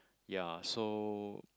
ya so